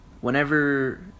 whenever